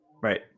Right